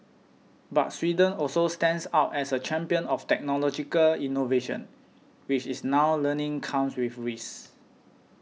but Sweden also stands out as a champion of technological innovation which it's now learning comes with risks